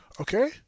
okay